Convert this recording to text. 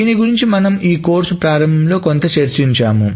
దీని గురించి మనం కోర్సు ప్రారంభంలో కొంచెం చర్చించాము